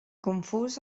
confús